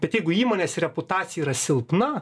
bet jeigu įmonės reputacija yra silpna